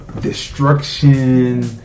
destruction